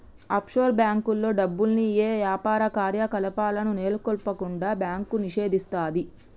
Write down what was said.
offshore బ్యేంకుల్లో డబ్బుల్ని యే యాపార కార్యకలాపాలను నెలకొల్పకుండా బ్యాంకు నిషేధిస్తది